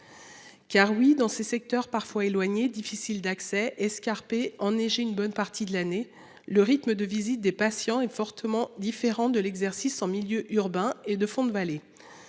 Car oui, dans ces secteurs parfois éloignées difficiles d'accès escarpé enneigé. Une bonne partie de l'année, le rythme de visite des patients est fortement différent de l'exercice en milieu urbain et de fonds de vallées.